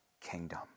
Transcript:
kingdom